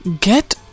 get